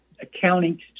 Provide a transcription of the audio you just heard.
accounting